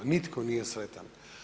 Nitko nije sretan.